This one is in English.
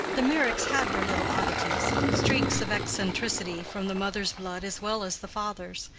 the meyricks had their little oddities, streaks of eccentricity from the mother's blood as well as the father's,